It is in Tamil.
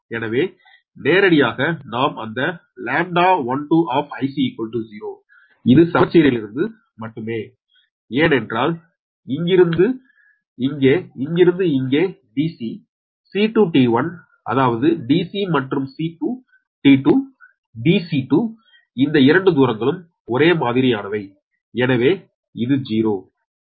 எனவே நேரடியாக நாம் அந்த λ12 0 இது சமச்சீர்மையிலிருந்து மட்டுமே ஏனென்றால் இங்கிருந்து இங்கிருந்து இங்கே இங்கிருந்து Dc c to T1 அதாவது Dc1 மற்றும் c to T2 Dc2 இந்த 2 தூரங்களும் ஒரே மாதிரியானவை எனவே இது 0 சரியானது